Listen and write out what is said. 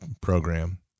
program